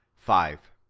five.